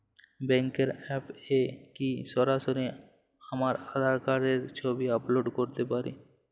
ব্যাংকের অ্যাপ এ কি সরাসরি আমার আঁধার কার্ড র ছবি আপলোড করতে পারি?